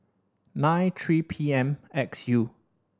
nine three P M X U